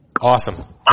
Awesome